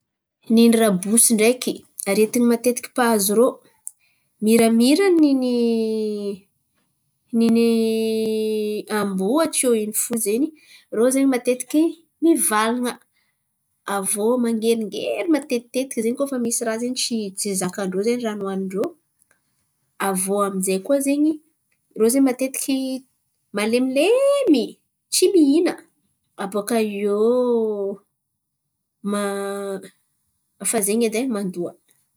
Niny rabosy ndreky, aretin̈y matetiky mpahazo irô miramira niny- niny amboa tiô in̈y fo zen̈y irô zen̈y matetiky mivalan̈a, aviô mangeringery matetitekiky zen̈y koa fa misy rah zen̈y tsy zakan-drô zen̈y raha nihoanin-drô, avô aminjay koa zen̈y, irô zen̈y matetiky malemilemy tsy mihina abôkaiô ma- efa zen̈y edy e mandoa.